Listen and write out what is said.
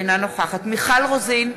אינה נוכחת מיכל רוזין,